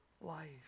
life